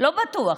לא בטוח.